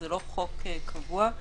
זה לא חוק קבוע,